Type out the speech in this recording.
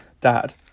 dad